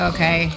Okay